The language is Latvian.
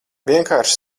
vienkārši